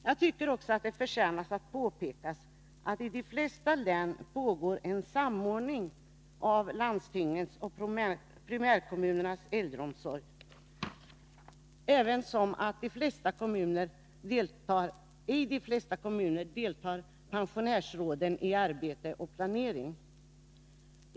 Jag tycker också det förtjänar påpekas att i de flesta län pågår samordning av landstingens och primärkommunernas äldreomsorg, ävensom att i de flesta kommuner deltar pensionärsråden i arbete och planering.